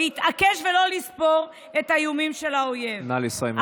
להתעקש ולא לספור את האיומים של האויב.